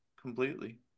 completely